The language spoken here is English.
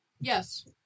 Yes